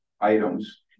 items